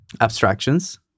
abstractions